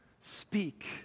speak